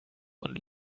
und